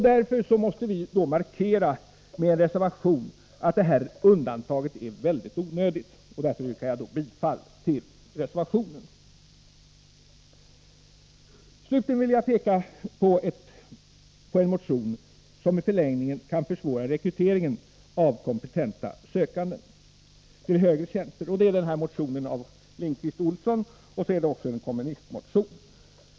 Därför har vi med reservationen markerat att detta undantag är onödigt. Jag yrkar bifall till reservationen. Slutligen vill jag peka på ett förslag som i förlängningen kan försvåra rekryteringen av kompetenta sökande till högre tjänster, nämligen det förslag som framförs i motionen av Oskar Lindkvist och Stig Olsson och i en kommunistmotion.